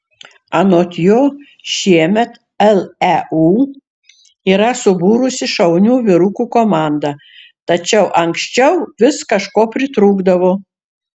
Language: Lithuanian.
anot jo šiemet leu yra subūrusi šaunių vyrukų komandą tačiau anksčiau vis kažko pritrūkdavo